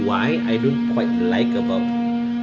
why I don't like quite like about